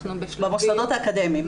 אנחנו בשלבי --- במוסדות האקדמיים.